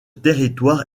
territoire